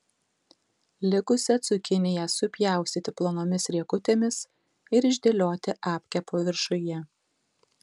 likusią cukiniją supjaustyti plonomis riekutėmis ir išdėlioti apkepo viršuje